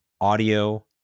audio